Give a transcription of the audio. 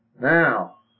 Now